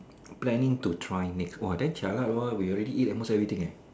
planning to try next !wah! then jialat lor we already eat almost everything leh